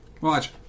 Watch